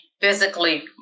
physically